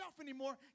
anymore